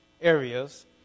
areas